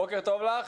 בוקר טוב לך.